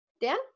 Dan